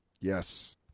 Yes